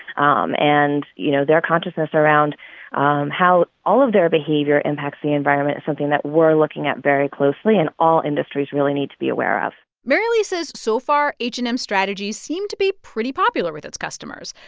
um and, you know, their consciousness around um how all of their behavior impacts the environment is something that we're looking at very closely and all industries really need to be aware of maryleigh says, so far, far, h and m's strategies seem to be pretty popular with its customers.